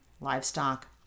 livestock